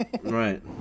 Right